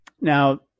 Now